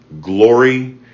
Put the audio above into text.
glory